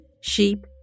sheep